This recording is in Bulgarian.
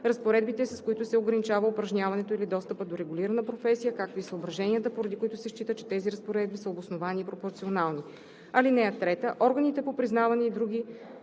разпоредбите, с които се ограничава упражняването или достъпът до регулирана професия, както и съображенията, поради които се счита, че тези разпоредби са обосновани и пропорционални. (3) Органите по признаване и други